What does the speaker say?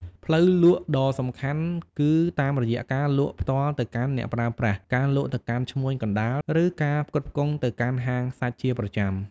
ផ្លូវលក់ដ៏សំខាន់គឺតាមរយៈការលក់ផ្ទាល់ទៅកាន់អ្នកប្រើប្រាស់ ការលក់ទៅកាន់ឈ្មួញកណ្តាល ឬការផ្គត់ផ្គង់ទៅកាន់ហាងសាច់ជាប្រចាំ។